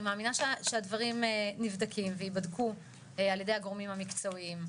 אני מאמינה שהדברים נבדקים ויבדקו על ידי הגורמים המקצועיים.